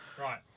Right